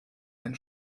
ein